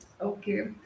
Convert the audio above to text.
Okay